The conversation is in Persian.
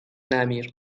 نمیر